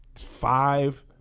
five